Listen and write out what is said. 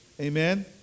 Amen